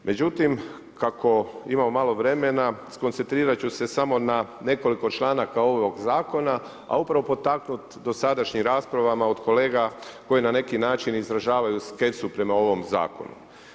Međutim, kako imamo malo vremena, skoncentrirati ću se samo na nekoliko članaka ovog zakona, a upravo potaknut dosadašnjim raspravama, od kolega, koji na neki način izražavaju … prema ovom zakonu.